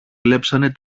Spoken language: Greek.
κλέψανε